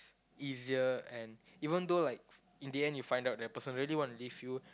easier and even though like in the end you find out that the person really wanna leave you